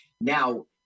Now